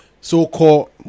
so-called